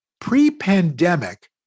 pre-pandemic